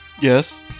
Yes